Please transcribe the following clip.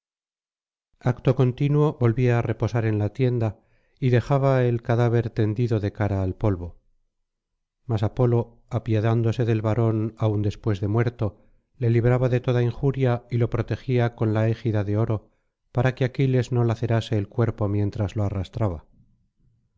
acto continuo volvía á reposar en la tienda y dejaba el cadáver tendido de cara al polvo mas apolo apiadándose del varón aun después de muerto le libraba de toda injuria y lo protegía con la égida de oro para que aquiles no lacerase el cuerpo mientras lo arrastraba